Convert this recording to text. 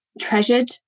treasured